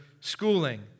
schooling